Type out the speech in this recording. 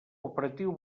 operatiu